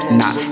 nah